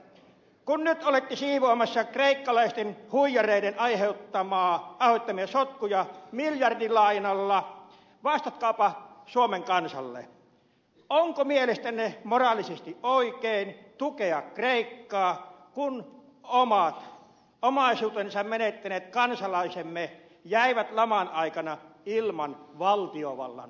kun nyt olette siivoamassa kreikkalaisten huijareiden aiheuttamia sotkuja miljardilainalla vastatkaapa suomen kansalle onko mielestänne moraalisesti oikein tukea kreikkaa kun omat omaisuutensa menettäneet kansalaisemme jäivät laman aikana ilman valtiovallan tukea